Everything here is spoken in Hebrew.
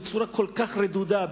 בצורה כל כך רדודה,